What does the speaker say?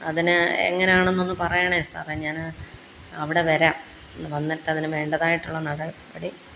അതിന് എങ്ങനാണെന്നൊന്ന് പറയണം സാറേ ഞാൻ അവിടെ വരാം വന്നിട്ട് അതിന് വേണ്ടതായിട്ടുള്ള നടപടി